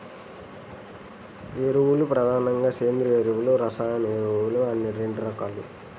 ఎరువులు ప్రధానంగా సేంద్రీయ ఎరువులు, రసాయన ఎరువులు అని రెండు రకాలు